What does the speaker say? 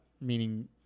meaning